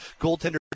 goaltender